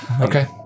Okay